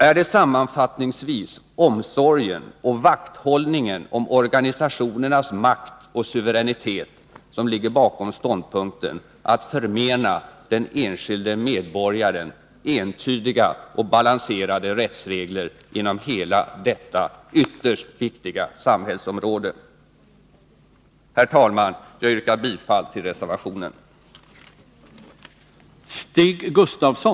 Är det sammanfattningsvis omsorgen och vakthållningen om organisationernas makt och suveränitet som ligger bakom ståndpunkten att förmena den enskilde medborgaren entydiga och balanserade rättsregler inom hela detta ytterst viktiga samhällsområde? Herr talman! Jag yrkar bifall till reservationen.